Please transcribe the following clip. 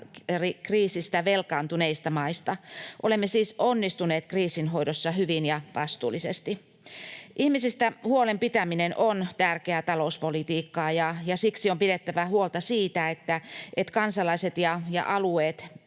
koronakriisistä velkaantuneista maista. Olemme siis onnistuneet kriisin hoidossa hyvin ja vastuullisesti. Ihmisistä huolen pitäminen on tärkeää talouspolitiikkaa, ja siksi on pidettävä huolta siitä, että kansalaiset ja alueet